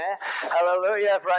Hallelujah